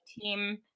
team